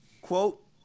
Quote